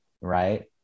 right